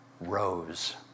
rose